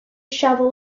shovel